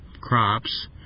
crops